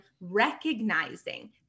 recognizing